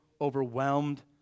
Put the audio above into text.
overwhelmed